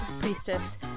priestess